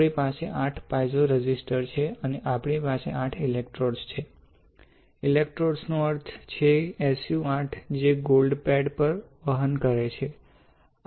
આપણી પાસે 8 piezo resistor છે અને આપણી પાસે 8 ઇલેક્ટ્રોડ છે ઇલેક્ટ્રોડ્સ નો અર્થ છે SU 8 જે ગોલ્ડ પેડ પર વહન કરે છે